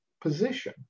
position